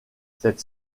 cette